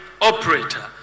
operator